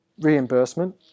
reimbursement